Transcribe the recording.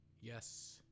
Yes